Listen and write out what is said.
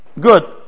Good